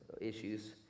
issues